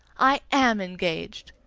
i am engaged.